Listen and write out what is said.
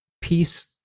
peace